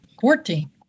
fourteen